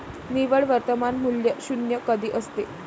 निव्वळ वर्तमान मूल्य शून्य कधी असते?